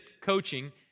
coaching